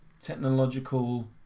technological